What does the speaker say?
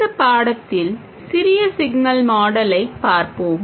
இந்த பாடத்தில் சிறிய சிக்னல் மாடலைப் பார்ப்போம்